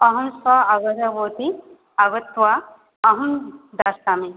अहं श्वः आगतवती आगत्य अहं दास्यामि